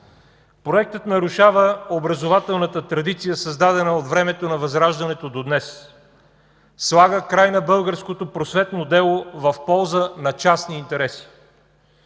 Проектът нарушава образователната традиция, създадена от времето на Възраждането до днес. Слага край на българското просветно дело в полза на частния интерес.